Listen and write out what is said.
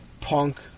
punk